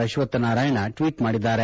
Ashwath Narayan tweet ಮಾಡಿದ್ದಾರೆ